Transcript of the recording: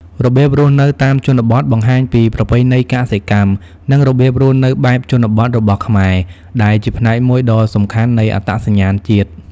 របៀបរស់នៅតាមជនបទ បង្ហាញពីប្រពៃណីកសិកម្ម និងរបៀបរស់នៅបែបជនបទរបស់ខ្មែរ ដែលជាផ្នែកមួយដ៏សំខាន់នៃអត្តសញ្ញាណជាតិ ។